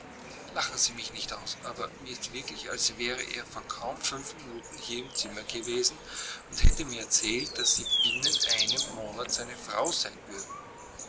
lachen sie mich nicht aus aber mir ist wirklich als wäre er vor kaum fünf minuten hier im zimmer gewesen und hätte mir erzählt daß sie binnen einem monat seine frau sein würden